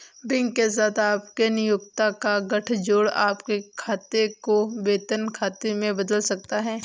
bank के साथ आपके नियोक्ता का गठजोड़ आपके खाते को वेतन खाते में बदल सकता है